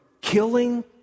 killing